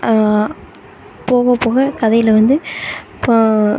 போக போக கதையில் வந்து இப்போது